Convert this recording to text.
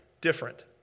different